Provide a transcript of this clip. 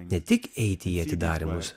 ne tik eiti į atidarymus